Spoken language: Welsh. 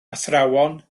athrawon